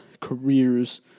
careers